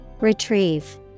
Retrieve